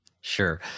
Sure